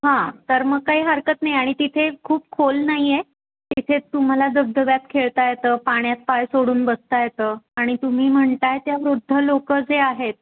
हां तर मग काही हरकत नाही आणि तिथे खूप खोल नाही आहे तिथे तुम्हाला धबधब्यात खेळता येतं पाण्यात पाय सोडून बसता येतं आणि तुम्ही म्हणत आहे त्या वृद्ध लोकं जे आहेत